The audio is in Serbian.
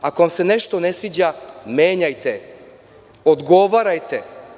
Ako vam se nešto ne sviđa, menjajte, odgovarajte.